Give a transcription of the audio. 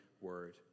word